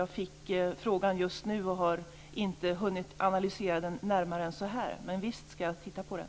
Jag fick frågan nyss och har inte hunnit analysera den närmare än så. Men visst skall jag titta på den.